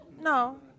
no